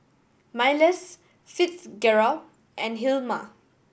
Myles Fitzgerald and Hilma